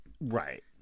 Right